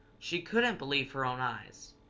she couldn't believe her own eyes,